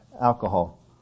alcohol